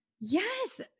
yes